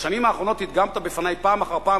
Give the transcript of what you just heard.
בשנים האחרונות הדגמת בפני פעם אחר פעם